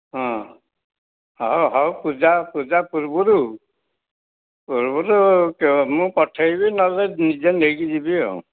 ହଁ ହଁ ହଉ ପୂଜା ପୂଜା ପୂର୍ବରୁ ପୂର୍ବରୁ ମୁଁ ପଠାଇବି ନହେଲେ ନିଜେ ନେଇକି ଯିବି ଆଉ